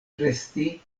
resti